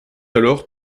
alors